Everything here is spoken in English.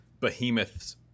behemoths